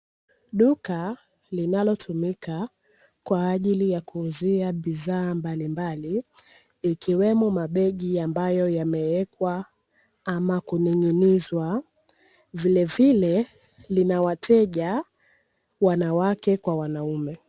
Duka linalotumika kwa ajili ya kuuzia bidhaa mbalimbali ikiwemo mabegi ambayo yamewekwa au kuning'inizwa, vilevile lina wateja wanawake kwa wanaume.